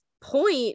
point